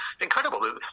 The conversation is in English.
incredible